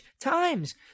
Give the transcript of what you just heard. Times